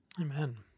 Amen